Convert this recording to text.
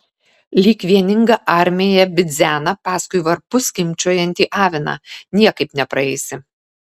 lyg vieninga armija bidzena paskui varpu skimbčiojantį aviną niekaip nepraeisi